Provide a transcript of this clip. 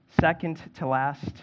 second-to-last